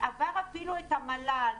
ועבר אפילו את המל"ל.